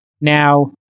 Now